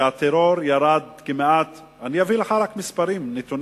הטרור ירד כמעט, אני אביא לך נתונים